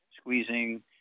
squeezing